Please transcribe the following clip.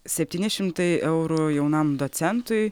septyni šimtai eurų jaunam docentui